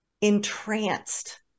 entranced